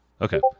Okay